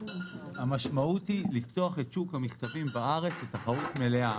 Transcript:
המשמעות היא לפתוח את שוק המכתבים בארץ לתחרות מלאה.